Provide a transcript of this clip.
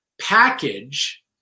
package